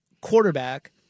quarterback